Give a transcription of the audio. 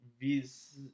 vis